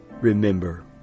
Remember